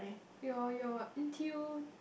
your your N_T_U